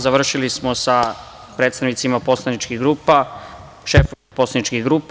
Završili smo sa predstavnicima poslaničkih grupa, šefova poslaničkih grupa.